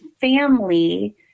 family